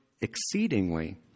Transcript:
exceedingly